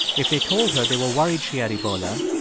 if they told her they were worried she had ebola,